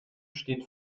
steht